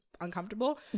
uncomfortable